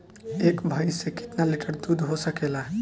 एक भइस से कितना लिटर दूध हो सकेला?